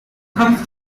comes